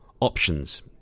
options